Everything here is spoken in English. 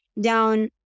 down